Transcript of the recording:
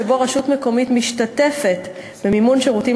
שבו רשות מקומית משתתפת במימון שירותים